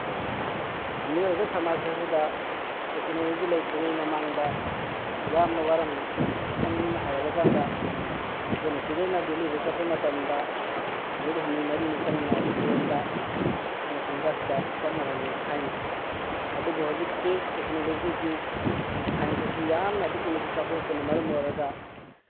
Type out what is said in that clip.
ꯃꯤꯑꯣꯏꯕ ꯁꯃꯥꯖ ꯑꯁꯤꯗ ꯇꯦꯛꯀꯅꯣꯂꯣꯖꯤ ꯂꯩꯇ꯭ꯔꯤꯉꯩ ꯃꯃꯥꯡꯗ ꯌꯥꯝꯅ ꯋꯥꯔꯝꯃꯤ ꯁꯝꯅ ꯍꯥꯏꯔꯕꯀꯥꯟꯗ ꯑꯩꯈꯣꯏꯅ ꯁꯤꯗꯩꯅ ꯗꯤꯜꯂꯤꯕꯧ ꯆꯠꯄ ꯃꯇꯝꯗ ꯅꯨꯃꯤꯠ ꯍꯨꯝꯅꯤ ꯃꯔꯤꯅꯤ ꯆꯪꯅ ꯇ꯭ꯔꯦꯟꯗ ꯑꯃꯁꯨꯡ ꯕꯁꯇ ꯆꯠꯅꯔꯝꯃꯤ ꯊꯥꯏꯅ ꯑꯗꯨꯕꯨ ꯍꯧꯖꯤꯛꯇꯤ ꯇꯦꯀꯅꯣꯂꯣꯖꯤꯒꯤ ꯁꯥꯏꯟꯁ ꯑꯁꯤ ꯌꯥꯝꯅ ꯑꯗꯨꯛꯀꯤ ꯃꯇꯤꯛ ꯆꯥꯎꯈꯠꯂꯛꯄꯅ ꯃꯔꯝ ꯑꯣꯏꯔꯒ